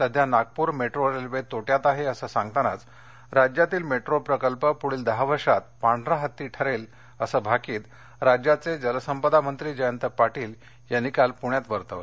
सध्या Nagpur metro railway तोट्यात आहे असं सांगतानाच राज्यातील मेट्रो प्रकल्प पुढील दहा वर्षात पांढरा हत्ती ठरेलअसं भाकित राज्याचे जलसंपदा मंत्री जयंत पाटील यांनी काल पुण्यात वर्तवलं